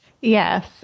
Yes